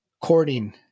courting